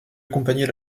accompagner